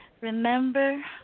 remember